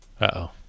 Uh-oh